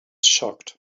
shocked